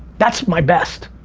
that's my best.